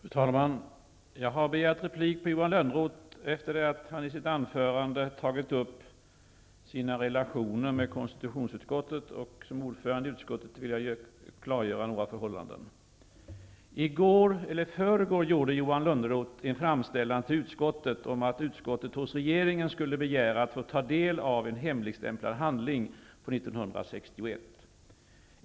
Fru talman! Jag har begärt replik på Johan Lönnroth efter det att han i sitt anförande har tagit upp sina relationer med konstitutionsutskottet. Som ordförande i utskottet vill jag klargöra några förhållanden. I förrgår gjorde Johan Lönnroth en framställan till utskottet om att utskottet hos regeringen skulle begära att få ta del av en hemligstämplad handling från 1961.